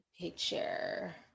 picture